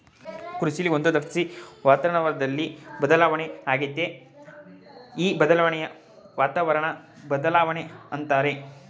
ಕೃಷಿಲಿ ಒಂದೊಂದ್ಸಾರಿ ವಾತಾವರಣ್ದಲ್ಲಿ ಬದಲಾವಣೆ ಆಗತ್ತೆ ಈ ಬದಲಾಣೆನ ವಾತಾವರಣ ಬದ್ಲಾವಣೆ ಅಂತಾರೆ